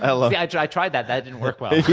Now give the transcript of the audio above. ah like i tried that. that didn't work well. yeah.